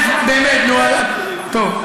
באמת, נו, טוב.